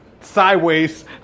sideways